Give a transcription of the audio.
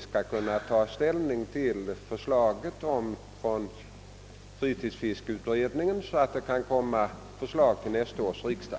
skall kunna ta ställning till fritidsfiskeutredningens förslag i så god tid, att proposition i ärendet kan föreläggas nästa års riksdag.